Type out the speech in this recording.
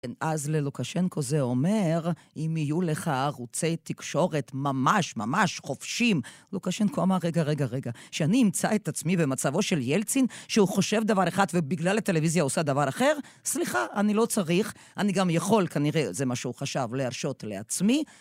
אז ללוקשנקו זה אומר, אם יהיו לך ערוצי תקשורת ממש ממש חופשים, לוקשנקו אמר, רגע רגע רגע, שאני אמצא את עצמי במצבו של ילצין, שהוא חושב דבר אחד ובגלל הטלוויזיה עושה דבר אחר? סליחה, אני לא צריך, אני גם יכול, כנראה זה מה שהוא חשב, להרשות לעצמי.